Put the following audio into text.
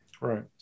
Right